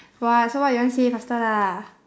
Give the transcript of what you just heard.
!wah! so what you want say faster lah